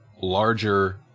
larger